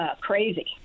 crazy